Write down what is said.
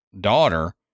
daughter